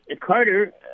Carter